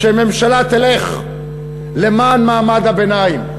כשהממשלה תלך למען מעמד הביניים,